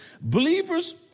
believers